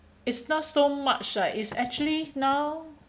it's not so much right is actually now